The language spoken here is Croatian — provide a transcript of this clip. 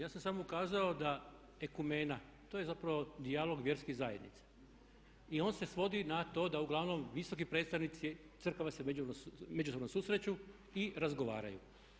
Ja sam samo kazao da Ekumena, to je zapravo dijalog vjerskih zajednica i on se svodi na to da uglavnom visoki predstavnici crkava se međusobno susreću i razgovaraju.